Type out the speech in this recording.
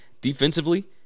Defensively